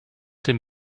den